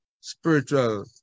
spiritual